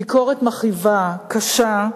ביקורת מכאיבה, קשה.